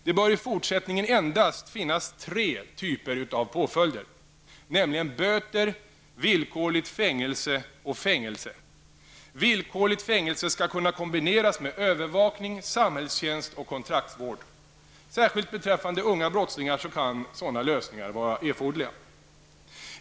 Det bör i fortsättningen endast finnas tre typer av påföljder: böter, villkorligt fängelse och fängelse. Villkorligt fängelse skall kunna kombineras med övervakning, samhällstjänst och kontraktsvård. Särskilt beträffande unga brottslingar kan sådana lösningar vara erforderliga.